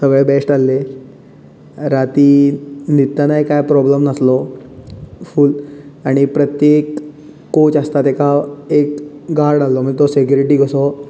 सगळें बेश्ट आसलें राती न्हिदतानाय कांय प्रॉबलम नासलो फूल आनी प्रत्येक कोच आसता ताका एक गार्ड आसलो मागीर तो सॅक्युरिटी कसो